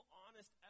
honest